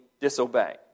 disobey